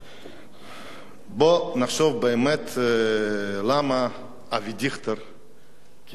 בוא נחשוב באמת למה אבי דיכטר כראש השב"כ,